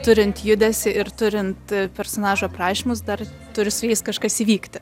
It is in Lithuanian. turint judesį ir turint personažų aprašymus dar turi su jais kažkas įvykti